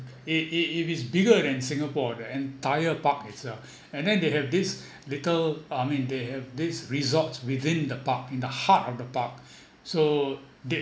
it it if it's bigger than singapore the entire park itself and then they have this little I mean they have this resorts within the park in the heart of the park so